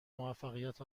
موفقیت